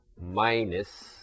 minus